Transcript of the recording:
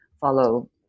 follow